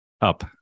Up